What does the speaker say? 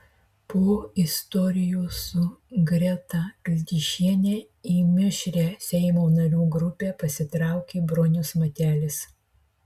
po istorijos su greta kildišiene į mišrią seimo narių grupę pasitraukė bronius matelis